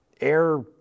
air